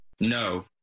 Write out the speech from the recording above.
No